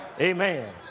Amen